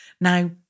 Now